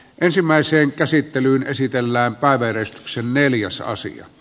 ensimmäiseen käsittelyyn esitellään palvelee sen neliosaisia